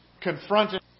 confronted